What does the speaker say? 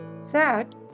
Sad